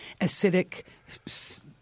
acidic